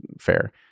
fair